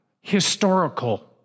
historical